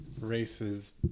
races